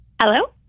Hello